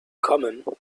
common